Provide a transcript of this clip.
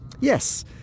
Yes